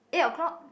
eight o-clock